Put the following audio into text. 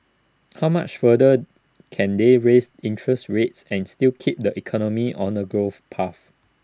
how much further can they raise interest rates and still keep the economy on A growth path